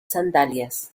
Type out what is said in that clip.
sandalias